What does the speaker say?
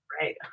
Right